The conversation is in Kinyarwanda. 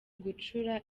gucura